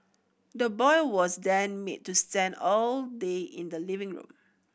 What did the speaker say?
the boy was then made to stand all day in the living room